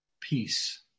peace